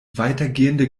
weitergehende